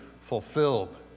fulfilled